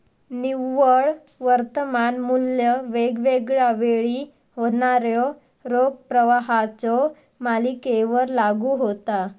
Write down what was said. निव्वळ वर्तमान मू्ल्य वेगवेगळा वेळी होणाऱ्यो रोख प्रवाहाच्यो मालिकेवर लागू होता